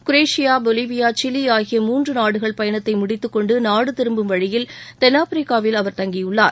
Croatia Bolivia Chile ஆகிய மூன்று நாடுகள் பயணத்தை முடித்துக்கொண்டு நாடு திரும்பும் வழியில் தென்னாப்பிரிக்காவில் அவர் தங்கியுள்ளார்